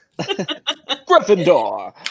Gryffindor